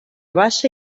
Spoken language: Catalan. baixa